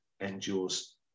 endures